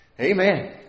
Amen